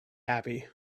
happy